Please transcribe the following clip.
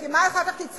כי מה אחר כך תצטרך?